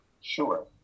Sure